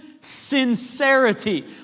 sincerity